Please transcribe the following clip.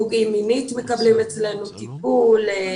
פוגעים מינית מקבלים אצלנו טיפול.